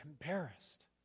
embarrassed